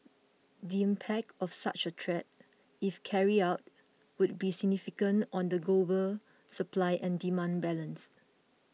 the impact of such a threat if carried out would be significant on the global supply and demand balance